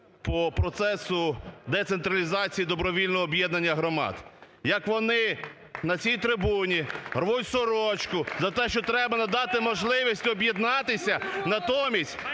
по процесу децентралізації добровільного об'єднання громад. Як вони на цій трибуні рвуть сорочку за те, що треба надати можливість об'єднатися, натомість